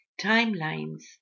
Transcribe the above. timelines